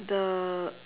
the